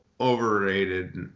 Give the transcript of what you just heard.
overrated